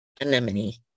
Anemone